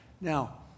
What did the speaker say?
Now